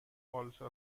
also